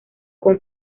con